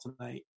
tonight